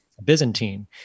byzantine